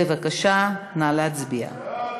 בבקשה, נא להצביע.